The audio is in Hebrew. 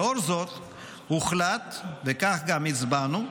לאור זאת הוחלט, וכך גם הצבענו,